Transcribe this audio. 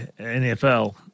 NFL